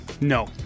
No